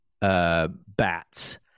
bats